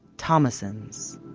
thomassons.